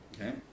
Okay